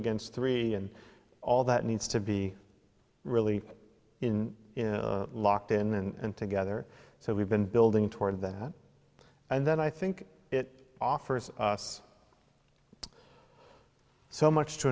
against three and all that needs to be really in locked in and together so we've been building toward that and then i think it offers us so much to